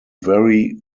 very